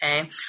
Okay